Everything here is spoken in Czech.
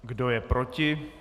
Kdo je proti?